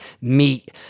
meat